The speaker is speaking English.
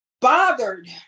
bothered